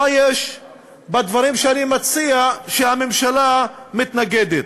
מה יש בדברים שאני מציע שהממשלה מתנגדת?